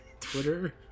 Twitter